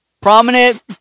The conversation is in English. prominent